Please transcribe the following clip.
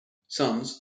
sons